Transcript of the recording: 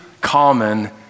common